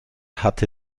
hatte